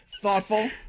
thoughtful